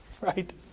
Right